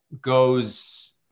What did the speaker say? goes